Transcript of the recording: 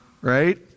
Right